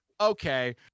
Okay